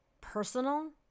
personal